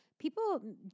people